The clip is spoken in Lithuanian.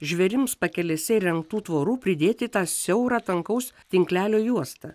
žvėrims pakelėse įrengtų tvorų pridėti tą siaurą tankaus tinklelio juostą